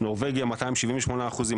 נורבגיה 278%,